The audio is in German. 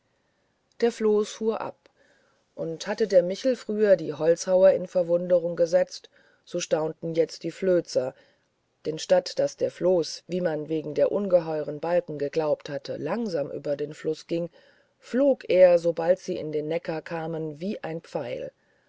der floß fuhr ab und hatte der michel früher die holzhauer in verwunderung gesetzt so staunten jetzt die flözer denn statt daß der floß wie man wegen der ungeheuren balken geglaubt hatte langsamer auf dem fluß ging flog er sobald sie in den neckar kamen wie ein pfeil